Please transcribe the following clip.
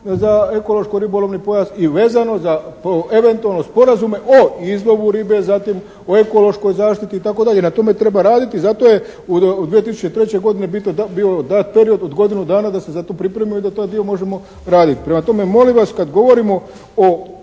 za ekološko-ribolovni pojas i vezano za eventualno sporazume o izlovu ribe, zatim o ekološkoj zaštiti itd., na tome treba raditi, zato je u 2003. godini bio dat period od godinu dana da se za to pripreme i da taj dio možemo raditi. Prema tome, molim vas kad govorimo o